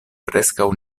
preskaŭ